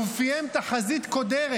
ובפיהם תחזית קודרת.